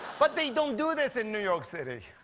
but they don't do this in new york city.